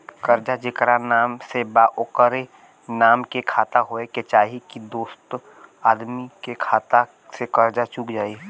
कर्जा जेकरा नाम से बा ओकरे नाम के खाता होए के चाही की दोस्रो आदमी के खाता से कर्जा चुक जाइ?